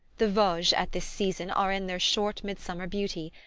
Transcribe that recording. the vosges, at this season, are in their short midsummer beauty,